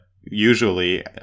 usually